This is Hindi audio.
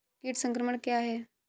कीट संक्रमण क्या है?